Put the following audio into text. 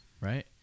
Right